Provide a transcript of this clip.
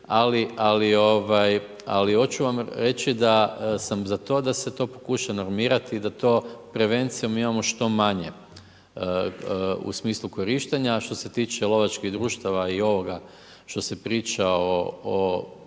Ali hoću vam reći da sam za to da se to pokuša normirati i da to prevencijom imamo što manje u smislu korištenja. A što se tiče lovačkih društava i ovoga što se priča o generalnoj